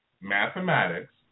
mathematics